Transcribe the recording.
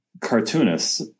cartoonists